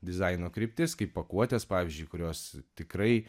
dizaino kryptis kaip pakuotės pavyzdžiui kurios tikrai